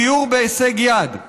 דיור בהישג יד.